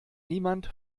niemand